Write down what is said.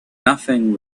nothing